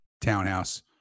townhouse